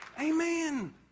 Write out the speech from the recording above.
Amen